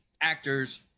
actors